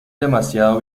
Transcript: demasiado